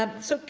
so,